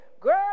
girl